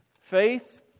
faith